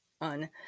on